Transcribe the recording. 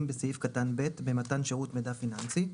בסעיף קטן ב' במתן שירות מידע פיננסי,